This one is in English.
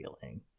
feeling